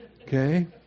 Okay